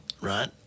right